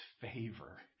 favor